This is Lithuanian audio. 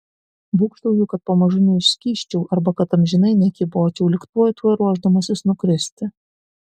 būgštauju kad pamažu neišskysčiau arba kad amžinai nekybočiau lyg tuoj tuoj ruošdamasis nukristi